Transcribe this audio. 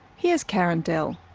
here's karen dell.